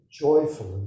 joyfully